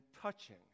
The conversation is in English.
touching